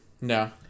No